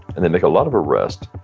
and they make a lot of arrests.